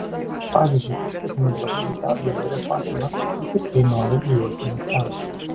pavyzdžiui išplėtėme drabužių darbui biure pasiūlą ir pirkėjai noriai į juos investavo